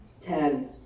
ten